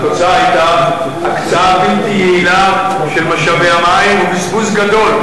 התוצאה היתה הקצאה בלתי יעילה של משאבי המים ובזבוז גדול.